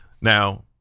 Now